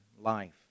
life